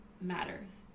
matters